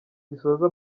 gisoza